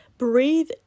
Breathe